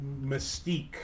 mystique